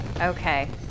Okay